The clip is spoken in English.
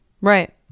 Right